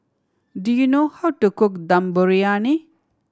do you know how to cook Dum Briyani